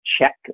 check